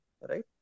Right